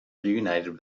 reunited